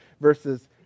versus